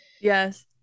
Yes